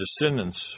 descendants